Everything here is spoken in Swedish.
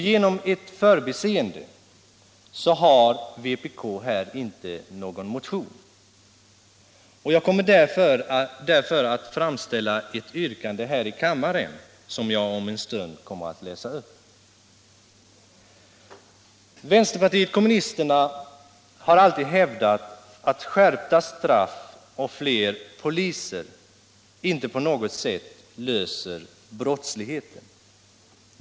Genom ett förbiseende har vpk här inte någon motion. Jag kommer därför att framställa ett yrkande här i kammaren, som jag om en stund kommer att läsa upp. Vpk har alltid hävdat att skärpta straff och fler poliser inte på något sätt löser brottslighetens problem.